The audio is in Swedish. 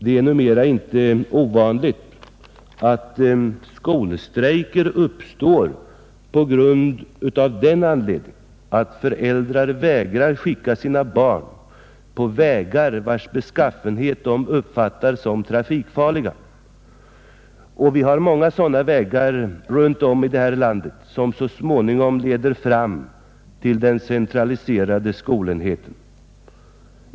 Det är numera inte ovanligt att skolstrejker uppstår av den anledningen att föräldrar vägrar att skicka sina barn ut på vägar vars beskaffenhet de uppfattar som trafikfarlig. Det finns många sådana vägar runt om i landet som så småningom leder fram till den centraliserade skolenheten.